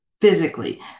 physically